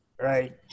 Right